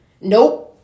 Nope